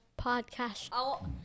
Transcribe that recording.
podcast